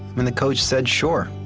i mean the coach said sure.